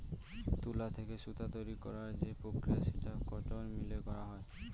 তুলা থেকে সুতা তৈরী করার যে প্রক্রিয়া সেটা কটন মিলে করা হয়